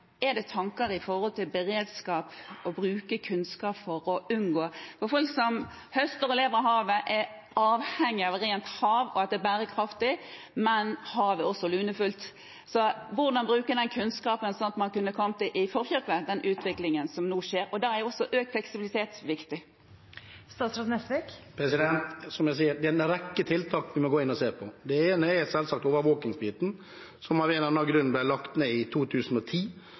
tanker om beredskap, å bruke kunnskap for å unngå slik? Folk som høster og lever av havet, er avhengige av rent hav og at det er bærekraftig, men havet er også lunefullt. Så hvordan bruke den kunnskapen slik at man kan komme den utviklingen som nå skjer, i forkjøpet? Og da er også økt fleksibilitet viktig. Som jeg sa: Det er en rekke tiltak vi må gå inn og se på. Det ene er selvsagt overvåkingsbiten, som av en eller annen grunn ble lagt ned i 2010.